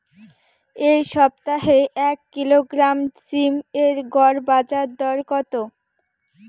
এই সপ্তাহে এক কিলোগ্রাম সীম এর গড় বাজার দর কত?